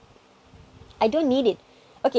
I don't need it okay